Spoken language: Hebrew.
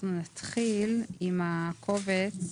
נתחיל עם הקובץ